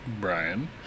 Brian